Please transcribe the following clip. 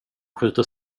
skjuter